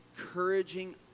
encouraging